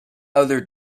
other